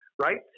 right